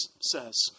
says